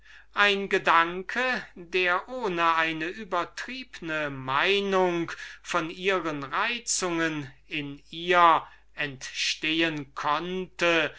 ein gedanke der ohne eine übertriebne meinung von ihren reizungen zu haben in ihr entstehen konnte